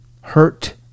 hurt